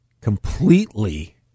completely